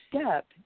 step